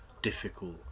difficult